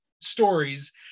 stories